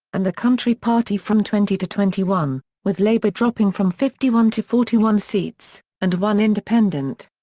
and the country party from twenty to twenty one, with labor dropping from fifty one to forty one seats, and one independent.